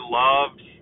loved